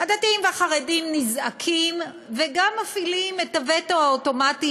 הדתיים והחרדים נזעקים וגם מפעילים את הווטו האוטומטי